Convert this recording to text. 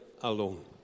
alone